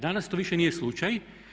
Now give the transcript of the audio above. Danas to više nije slučaj.